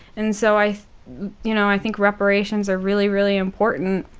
and so i you know i think reparations are really, really important.